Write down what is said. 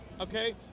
Okay